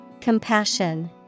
Compassion